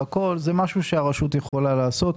זה משהו שהרשות יכולה לעשות.